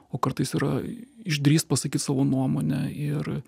o kartais yra išdrįst pasakyt savo nuomonę ir